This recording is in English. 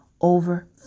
over